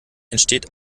entsteht